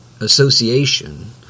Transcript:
association